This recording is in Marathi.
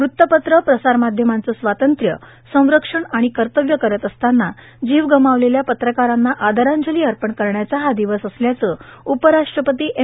वृत्तपत्रं प्रसारमाध्यमांचं स्वातंत्र्य संरक्षण आणि कर्तव्य करत असताना जीव गमावलेल्या पत्रकारांना आदरांजली अर्पण करण्याचा हा दिवस असल्याचं उपराष्ट्रपती एम